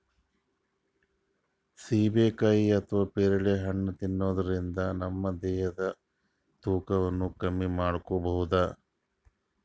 ಸೀಬೆಕಾಯಿ ಅಥವಾ ಪೇರಳೆ ಹಣ್ಣ್ ತಿನ್ನದ್ರಿನ್ದ ನಮ್ ದೇಹದ್ದ್ ತೂಕಾನು ಕಮ್ಮಿ ಮಾಡ್ಕೊಬಹುದ್